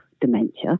dementia